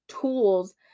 tools